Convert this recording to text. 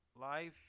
life